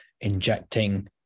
injecting